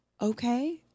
Okay